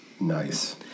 Nice